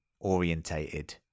orientated